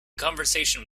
conversation